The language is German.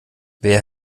wer